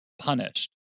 punished